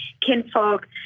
Kinfolk